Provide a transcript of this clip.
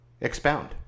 expound